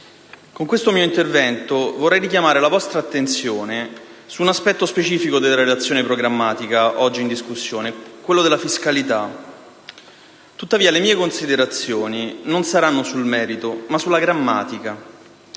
con questo mio intervento vorrei richiamare la vostra attenzione su un aspetto specifico della relazione programmatica oggi in discussione, quella della fiscalità. Tuttavia, le mie considerazioni non saranno sul merito, ma sulla grammatica.